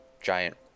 giant